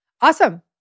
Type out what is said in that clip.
Awesome